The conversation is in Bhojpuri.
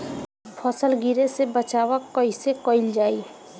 फसल गिरे से बचावा कैईसे कईल जाई?